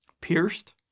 Pierced